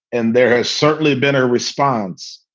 and there has certainly been a response.